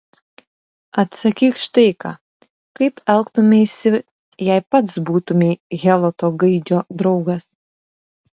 atsakyk štai ką kaip elgtumeisi jei pats būtumei heloto gaidžio draugas